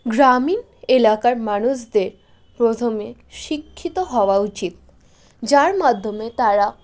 গ্রামীণ এলাকার মানুষদের প্রথমে শিক্ষিত হওয়া উচিত যার মাধ্যমে তারা